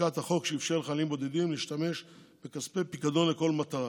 חוקקה את החוק שאפשר לחיילים הבודדים להשתמש בכספי פיקדון לכל מטרה.